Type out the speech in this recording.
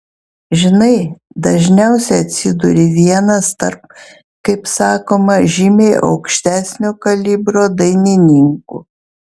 žinai dažniausiai atsiduri vienas tarp kaip sakoma žymiai aukštesnio kalibro dainininkų